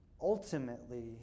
ultimately